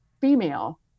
female